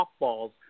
softballs